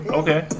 okay